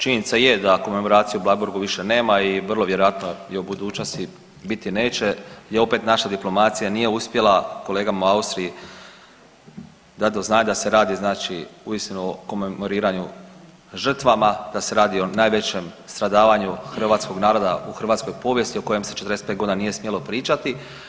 Činjenica je da komemoracije u Bleiburgu više nema i vrlo vjerojatno je i u budućnosti biti neće … opet naša diplomacija nije uspjela kolegama u Austriji dati do znanja da se radi znači uistinu o komemoriranju žrtvama, da se radi o najvećem stradavanju hrvatskog naroda u hrvatskoj povijesti o kojem se 45 godina nije smjelo pričati.